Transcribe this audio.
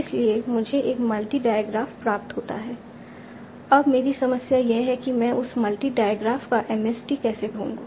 इसलिए मुझे एक मल्टी डायग्राफ प्राप्त होता है अब मेरी समस्या यह है कि मैं उस मल्टी डायग्राफ का MST कैसे ढूंढूं